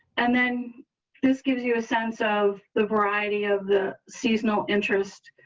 and then this gives you a sense of the variety of the seasonal interest.